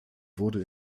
wurde